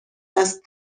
است